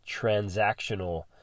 transactional